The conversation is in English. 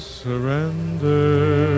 surrender